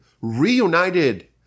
reunited